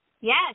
Yes